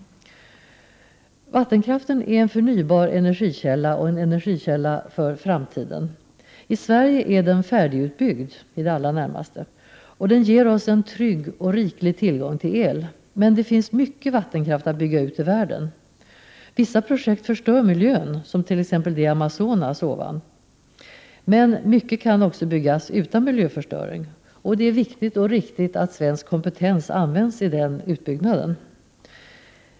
Vattenkraften är en förnybar energikälla och en energikälla för framtiden. I Sverige är vattenkraften i det allra närmaste helt utbyggd. Vattenkraften ger oss en trygg och riklig tillgång till el. Det finns mycket vattenkraft att bygga ut i världen. Vissa projekt förstör miljön, t.ex. det i Amazonas som jag nyss nämnde, men mycket kan byggas utan miljöförstöring, och det är viktigt och riktigt att svensk kompetens används vid den utbyggnaden.